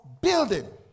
building